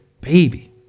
baby